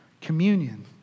communion